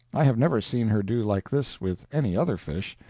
i have never seen her do like this with any other fish,